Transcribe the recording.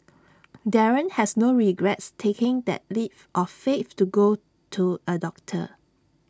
Darren has no regrets taking that leap of faith to go to A doctor